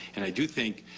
and i do think,